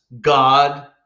God